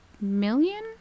million